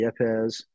Yepes